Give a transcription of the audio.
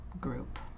group